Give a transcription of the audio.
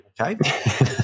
Okay